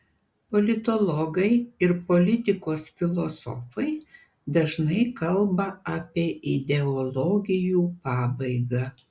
politologai ir politikos filosofai dažnai kalba apie ideologijų pabaigą